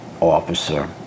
officer